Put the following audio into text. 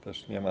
Też nie ma.